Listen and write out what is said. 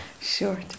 Sure